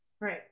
Right